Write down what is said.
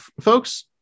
folks